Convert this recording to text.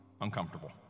uncomfortable